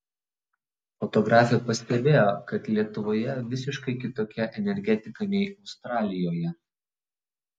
fotografė pastebėjo kad lietuvoje visiškai kitokia energetika nei australijoje